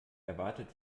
erwartet